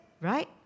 right